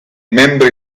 membri